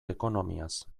ekonomiaz